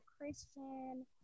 Christian